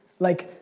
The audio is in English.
like,